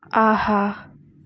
ஆஹா